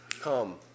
come